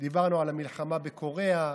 דיברנו על המלחמה בקוריאה,